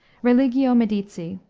religio medici,